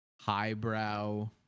highbrow